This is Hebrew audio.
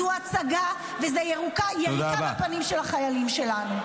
זו הצגה וזו יריקה בפנים של החיילים שלנו.